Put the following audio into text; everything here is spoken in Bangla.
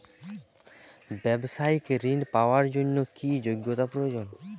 ব্যবসায়িক ঋণ পাওয়ার জন্যে কি যোগ্যতা প্রয়োজন?